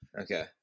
Okay